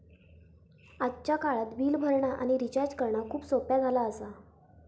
आजच्या काळात बिल भरणा आणि रिचार्ज करणा खूप सोप्प्या झाला आसा